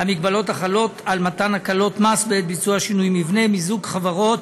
המגבלות החלות על מתן הקלות מס בעת ביצוע שינויי מבנה מיזוג חברות,